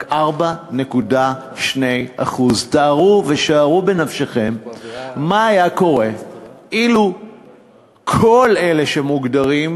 רק 4.2%. תארו ושערו בנפשכם מה היה קורה אילו כל אלה שמוגדרים,